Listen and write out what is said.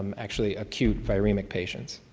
um actually acute viremic patients.